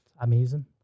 amazing